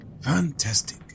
fantastic